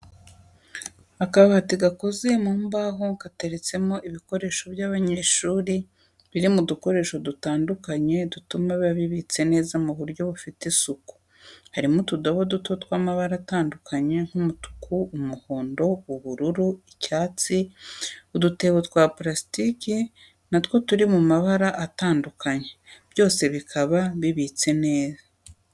Akabati gakoze mu mbaho gateretsemo ibikoresho by'abanyeshuri biri mu dukoresho dutandukanye dutuma biba bibitse neza mu buryo bufite isuku harimo utudobo duto tw'amabara atandukanye nk'umutuku, umuhondo, ubururu ,icyatsi, udutebo twa parasitiki natwo turi mu mabara atandukanye byose bikaba bibitse neza.